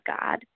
God